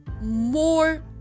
more